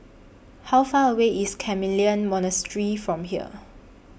How Far away IS Carmelite Monastery from here